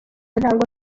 ntango